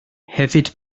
hefyd